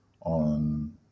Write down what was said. on